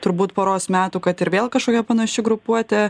turbūt poros metų kad ir vėl kažkokia panaši grupuotė